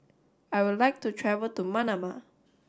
I would like to travel to Manama